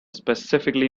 specifically